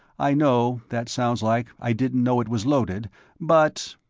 i know, that sounds like i didn't know it was loaded but